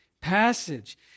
passage